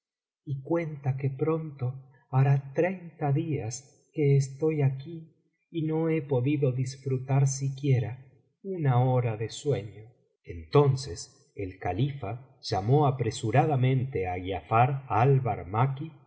y cuenta que pronto hará treinta días que estoy aquí y no lie podido disfrutar siquiera una hora de sueño entonces el califa llamó apresuradamente á gia'far